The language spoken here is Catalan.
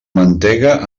mantega